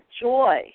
joy